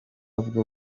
bwo